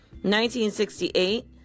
1968